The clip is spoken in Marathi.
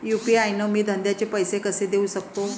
यू.पी.आय न मी धंद्याचे पैसे कसे देऊ सकतो?